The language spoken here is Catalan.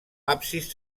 absis